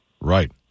Right